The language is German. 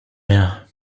mehr